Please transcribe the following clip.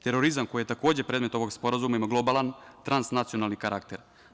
Terorizam koji je takođe predmet ovog sporazuma ima globalan transnacionalni karakter.